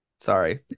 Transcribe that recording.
Sorry